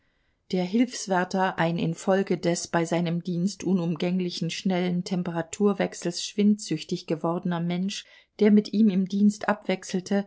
der hilfswärter ein infolge des bei seinem dienst unumgänglichen schnellen temperaturwechsels schwindsüchtig gewordener mensch der mit ihm im dienst abwechselte